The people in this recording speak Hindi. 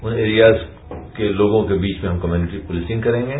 उन एरियाज के लोगों के बीच में हम कम्यूनिटी पुलिसिंग करेंगे